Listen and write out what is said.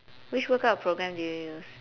which workout program do you use